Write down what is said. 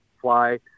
fly